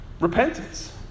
Repentance